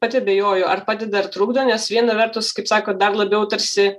pati abejoju ar padeda ar trukdo nes viena vertus kaip sakot dar labiau tarsi